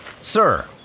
Sir